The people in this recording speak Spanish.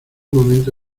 momento